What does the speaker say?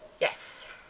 Yes